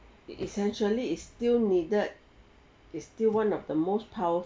essentially it's still needed it's still one of the most powerful